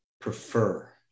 prefer